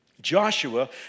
Joshua